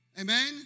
Amen